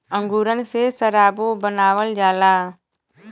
अंगूरन से सराबो बनावल जाला